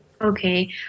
okay